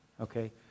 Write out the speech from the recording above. okay